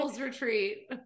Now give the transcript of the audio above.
retreat